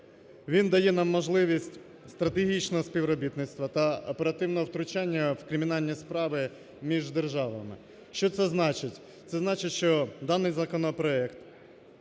Він дає нам можливість стратегічного співробітництва та оперативного втручання в кримінальні справи між державами. Що це значить? Це значить, що даний законопроект